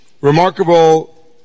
remarkable